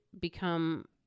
become